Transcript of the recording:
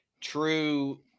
true